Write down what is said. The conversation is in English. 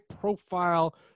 profile